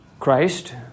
Christ